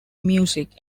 music